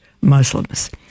Muslims